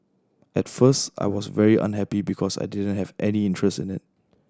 at first I was very unhappy because I didn't have any interest in it